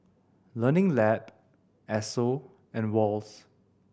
Learning Lab Esso and Wall's